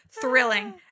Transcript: Thrilling